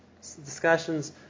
Discussions